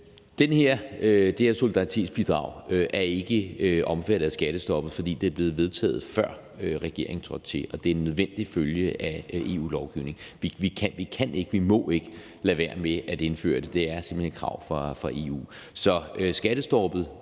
Det her solidaritetsbidrag er ikke omfattet af skattestoppet. For det er blevet vedtaget, før regeringen trådte til, og det er en nødvendig følge af EU-lovgivning. Vi kan ikke og vi må ikke lade være med at indføre det. Det er simpelt hen et krav fra EU.